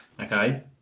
Okay